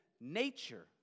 nature